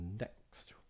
next